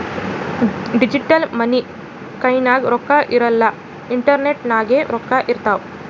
digital money ಕೈನಾಗ್ ರೊಕ್ಕಾ ಇರಲ್ಲ ಇಂಟರ್ನೆಟ್ ನಾಗೆ ರೊಕ್ಕಾ ಇರ್ತಾವ್